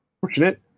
fortunate